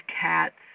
cats